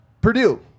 Purdue